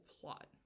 plot